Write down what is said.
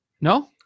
No